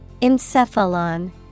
Encephalon